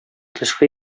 тышкы